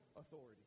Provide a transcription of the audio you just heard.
authority